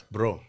Bro